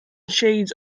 shades